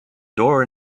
door